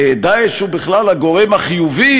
"דאעש" הוא בכלל הגורם החיובי,